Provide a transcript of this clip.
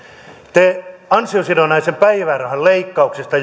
te siirrätte ansiosidonnaisen päivärahan leikkauksista